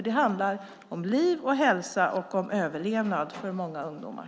Det handlar om liv, hälsa och överlevnad för många ungdomar.